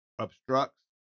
obstructs